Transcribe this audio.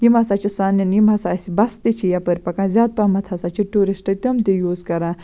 یِم ہَسا چھِ سانٮ۪ن یِم ہَسا اَسہِ بَس تہِ چھِ یَپٲرۍ پَکان زیادٕ پَہمَتھ ہَسا چھِ ٹوٗرِسٹہٕ تم تہِ یوٗز کَران